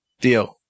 Deal